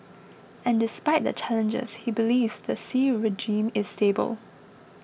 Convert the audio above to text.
and despite the challenges he believes the Ci regime is stable